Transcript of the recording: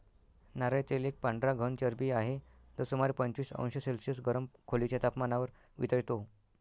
नारळ तेल एक पांढरा घन चरबी आहे, जो सुमारे पंचवीस अंश सेल्सिअस गरम खोलीच्या तपमानावर वितळतो